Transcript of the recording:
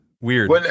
Weird